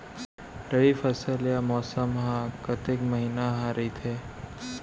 रबि फसल या मौसम हा कतेक महिना हा रहिथे?